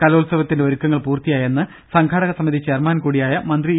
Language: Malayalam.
കലോ ത്സവത്തിന്റെ ഒരുക്കങ്ങൾ പൂർത്തിയായെന്ന് സംഘാടക സമിതി ചെയർമാൻ കൂടിയായ മന്ത്രി ഇ